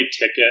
ticket